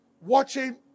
Watching